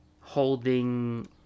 holding